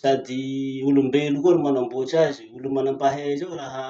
Sady olombelo koa ro manamboatsy azy. Olo manampahaiza io raha